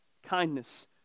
Kindness